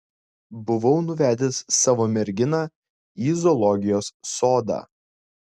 buvau nuvedęs savo merginą į zoologijos sodą